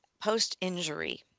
post-injury